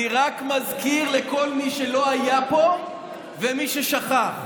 אני רק מזכיר לכל מי שלא היה פה ולמי ששכח.